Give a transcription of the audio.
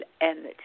energy